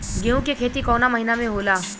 गेहूँ के खेती कवना महीना में होला?